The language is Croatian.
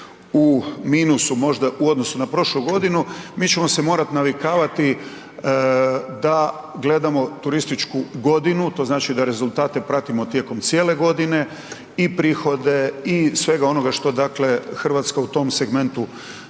u minusu možda u odnosu na prošlu godinu. Mi ćemo se morati navikavati da gledamo turističku godinu, to znači da rezultate pratimo tijekom cijele godine i prihode i svega onoga što, dakle Hrvatska u tom segmentu